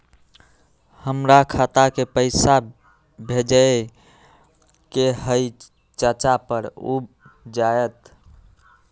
हमरा खाता के पईसा भेजेए के हई चाचा पर ऊ जाएत?